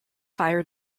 fire